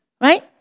Right